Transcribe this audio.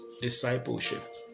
discipleship